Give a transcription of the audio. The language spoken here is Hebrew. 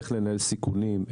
איך לנהל סיכונים,